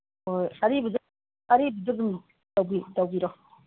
ꯍꯣꯏ ꯑꯔꯤꯕꯗꯨ ꯑꯔꯤꯕꯗꯨ ꯑꯗꯨꯝ ꯇꯧꯕꯤꯔꯣ